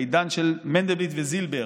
בעידן של מנדלבליט וזילבר,